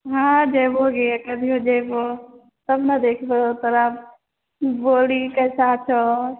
हँ जेबो गे कहलिओ जेबौ तब ने देखबो तोरा